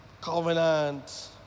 Covenant